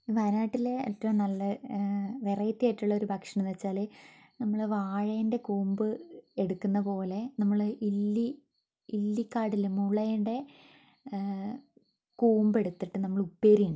വയനാട്ടിലെ ഏറ്റവും നല്ല വെറൈറ്റി ആയിട്ടുള്ള ഒരു ഭക്ഷണം എന്നു വച്ചാൽ നമ്മൾ വാഴേൻ്റെ കൂമ്പ് എടുക്കുന്നപോലെ നമ്മൾ ഇല്ലി ഇല്ലിക്കാടില്ലേ മുളയുടെ കൂമ്പ് എടുത്തിട്ട് നമ്മൾ ഉപ്പേരി ഉണ്ടാക്കും